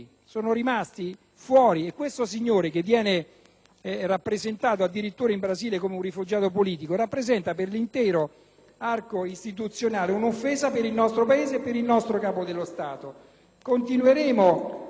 rappresentato addirittura in Brasile come un rifugiato politico, rappresenta per l'intero arco istituzionale un'offesa al nostro Paese e al nostro Capo dello Stato. Continueremo a combattere contro un condannato per quattro omicidi